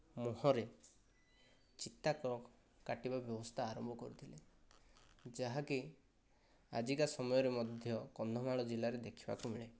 ମୁହଁ ରେ ଚିତା କାଟିବା ବ୍ୟବସ୍ଥା ଆରମ୍ଭ କରିଥିଲେ ଯାହାକି ଆଜିକା ସମୟରେ ମଧ୍ୟ କନ୍ଧମାଳ ଜିଲ୍ଲାରେ ଦେଖିବାକୁ ମିଳେ